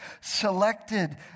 selected